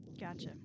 Gotcha